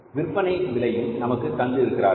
விற்பனை விலையும் நமக்கு தந்து இருக்கிறார்கள்